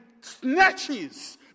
snatches